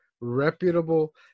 reputable